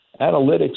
analytics